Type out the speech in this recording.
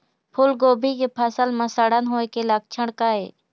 फूलगोभी के फसल म सड़न होय के लक्षण का ये?